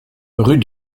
rue